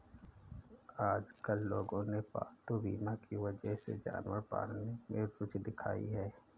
आजकल लोगों ने पालतू बीमा की वजह से जानवर पालने में रूचि दिखाई है